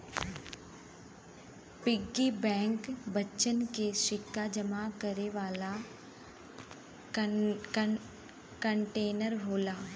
piggy bank बच्चन के सिक्का जमा करे वाला कंटेनर होला